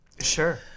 Sure